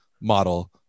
model